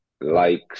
likes